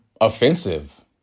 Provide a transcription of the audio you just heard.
offensive